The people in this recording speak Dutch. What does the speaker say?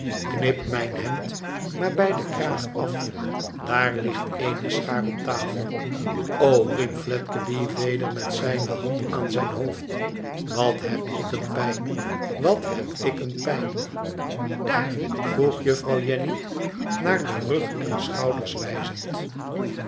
knip mijn hemd maar bij den kraag af daar ligt eene schaar op tafel riep fledgeby weder met zijne hand aan zijn hoofd wat heb ik een pijn wat heb ik een pijn daar vroeg juffrouw jenny naar den rug en schouders wijzend